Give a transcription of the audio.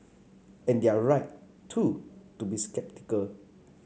and they're right too to be sceptical